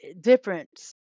difference